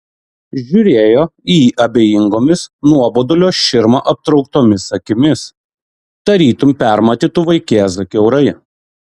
žiūrėjo į jį abejingomis nuobodulio širma aptrauktomis akimis tarytum permatytų vaikėzą kiaurai